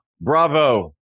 bravo